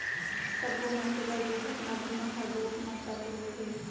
सब्बो मनसे बर दुरघटना बीमा हर बहुत महत्ता के होथे